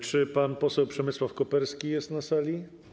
Czy pan poseł Przemysław Koperski jest na sali?